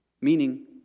meaning